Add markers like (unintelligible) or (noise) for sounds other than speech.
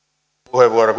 puheenvuoro (unintelligible)